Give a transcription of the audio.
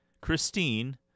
Christine